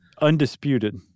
Undisputed